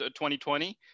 2020